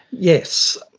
yes.